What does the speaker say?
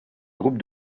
groupe